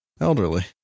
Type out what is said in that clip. elderly